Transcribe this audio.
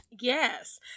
yes